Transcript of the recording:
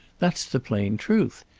that's the plain truth.